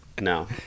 No